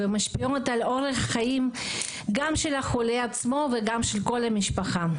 ומשפיעות לאורך החיים גם של החולה עצמו וגם של כל המשפחה.